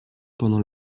pendant